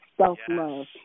self-love